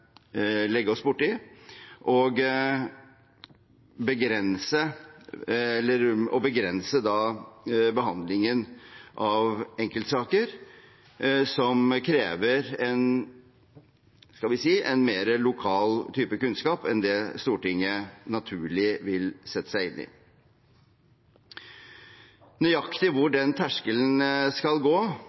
legge oss borti, og begrense behandlingen av enkeltsaker som krever en mer lokal type kunnskap enn det Stortinget naturlig vil kunne sette seg inn i. Nøyaktig hvor terskelen skal gå